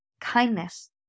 kindness